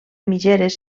mitgeres